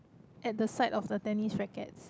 at the side of the tennis rackets